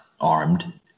armed